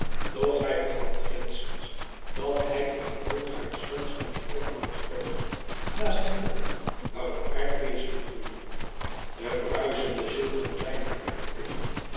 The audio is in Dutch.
doch hij vergat geenszins dat hij in den boomgaard stond van een voormalig klooster naast een bed waarop aardbeziën groeiden de bruisende ziel van reinout daarentegen